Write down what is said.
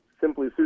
Simply